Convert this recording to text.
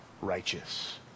righteous